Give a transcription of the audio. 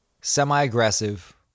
semi-aggressive